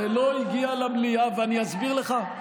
זה לא הגיע למליאה, ואני אסביר לכם גם למה.